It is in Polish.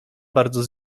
bardzo